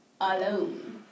alone